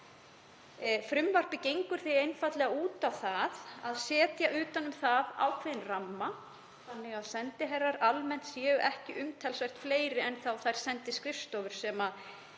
Frumvarpið gengur einfaldlega út á það að setja utan um það ákveðinn ramma þannig að sendiherrar almennt séu ekki umtalsvert fleiri en þær sendiskrifstofur sem